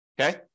okay